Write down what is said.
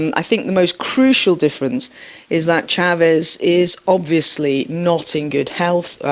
i think the most crucial difference is that chavez is obviously not in good health.